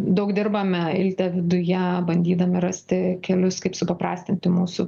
daug dirbame iltė viduje bandydami rasti kelius kaip supaprastinti mūsų